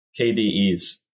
KDES